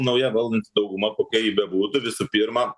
nauja valdanti dauguma kokia ji bebūtų visų pirma